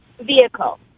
vehicle